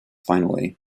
finally